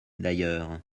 d’ailleurs